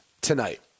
tonight